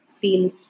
feel